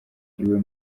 iwe